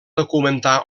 documentar